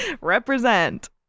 Represent